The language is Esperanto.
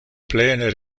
plene